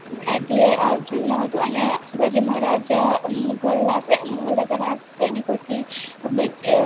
એ ધ્યે જોયું ન હતું અને શિવાજી મહારાજ મુગલ રાજા મુગલ રાજાના સૈનિકોથી બચ